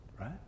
right